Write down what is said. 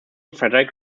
frederick